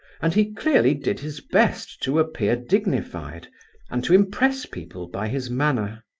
and he clearly did his best to appear dignified and to impress people by his manner.